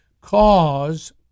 cause